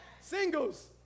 Singles